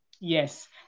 Yes